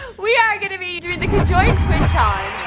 we are gonna be doing the conjoined twin challenge.